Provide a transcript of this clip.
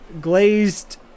Glazed